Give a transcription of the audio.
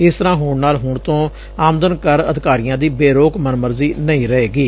ਇਸ ਤਰ੍ਪਾ ਹੋਣ ਨਾਲ ਹੁਣ ਤੋਂ ਆਮਦਨ ਕਰ ਅਧਿਕਾਰੀਆਂ ਦੀ ਬੇਰੋਕ ਮਨਮਰਜ਼ੀ ਨਹੀਂ ਰਹੇਗੀ